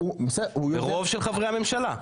ברוב של חברי הממשלה.